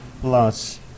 plus